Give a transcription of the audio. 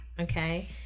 okay